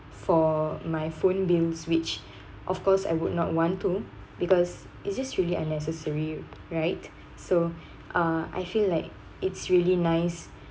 for my phone bills which of course I would not want to because it's just really unnecessary right so uh I feel like it's really nice